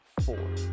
four